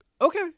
okay